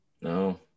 No